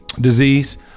disease